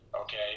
okay